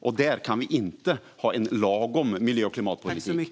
Vi kan alltså inte ha en lagom miljö och klimatpolitik.